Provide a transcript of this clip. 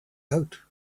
out